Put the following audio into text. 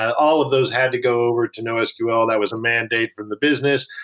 all of those had to go over to nosql. that was a mandate from the business.